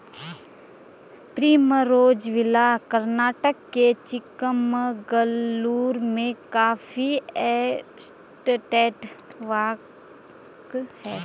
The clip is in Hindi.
प्रिमरोज़ विला कर्नाटक के चिकमगलूर में कॉफी एस्टेट वॉक हैं